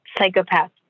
psychopath